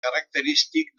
característic